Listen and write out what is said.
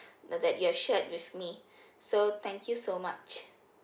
the that you've shared with me so thank you so much